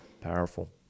powerful